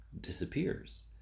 disappears